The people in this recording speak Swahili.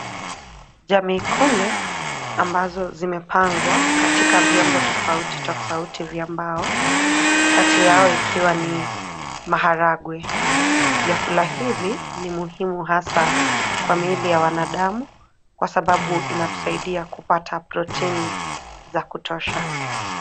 Jamii kunde, ambazo zimepangwa katika vyombo tofauti tofauti vya mbao, kati yao ikiwa ni maharagwe. Vyakula hivi ni muhimu hasa kwa miili ya wanadamu kwa sababu inatusaidia kupata proteni za kutosha.